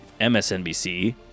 MSNBC